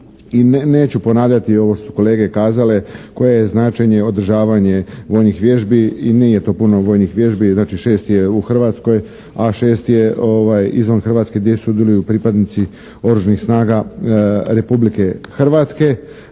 I neću ponavljati ovo što su kolege kazale koje je značenje održavanje vojnih vježbi. I nije to puno vojnih vježbi. Znači 6 je u Hrvatskoj, a 6 je izvan Hrvatske gdje sudjeluju pripadnici oružanih snaga Republike Hrvatske.